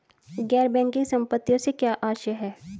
गैर बैंकिंग संपत्तियों से क्या आशय है?